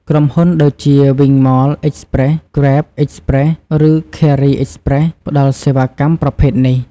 ក្រុមហ៊ុនដូចជា វីងម៉ល អិចប្រេស, ហ្គ្រេប អិចប្រេស, ឬឃែរី អិចប្រេស ផ្តល់សេវាកម្មប្រភេទនេះ។